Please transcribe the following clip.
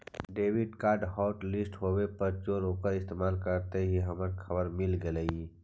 debit card hotlist होवे पर चोर ओकरा इस्तेमाल करते ही हमारा खबर मिल गेलई